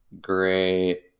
great